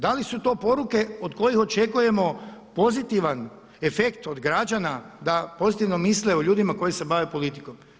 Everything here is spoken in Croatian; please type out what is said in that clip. Da li su to poruke od kojih očekujemo pozitivan efekt od građana da pozitivno misle o ljudima koji se bave politikom.